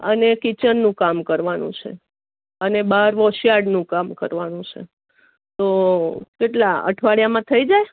અને કિચનનું કામ કરવાનું છે અને બહાર વોશ યાર્ડનું કામ કરવાનું છે તો કેટલા અઠવાડિયામાં થઇ જાય